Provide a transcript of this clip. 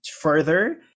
Further